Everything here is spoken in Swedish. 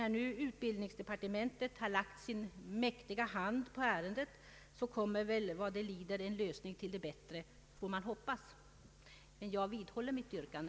När nu utbildningsdepartementet har lagt sin mäktiga hand på ärendet kommer väl vad det lider en lösning till det bättre — får man hoppas. Herr talman! Jag vidhåller mitt yrkande.